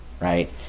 right